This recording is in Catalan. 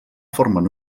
formen